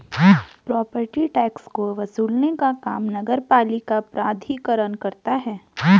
property tax को वसूलने का काम नगरपालिका प्राधिकरण करता है